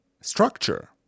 structure